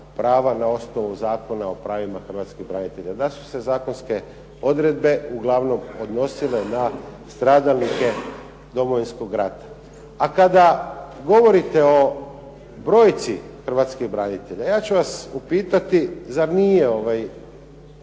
prava na osnovu Zakona o pravima Hrvatskih branitelja. DA su se zakonske odredbe uglavnom odnosile na stradalnike Domovinskog rata. A kada govorite o brojci Hrvatskih branitelja, ja ću vas zapitati zar nije